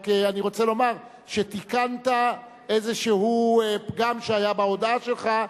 אני רק רוצה לומר שתיקנת איזה פגם שהיה בהודעה שלך,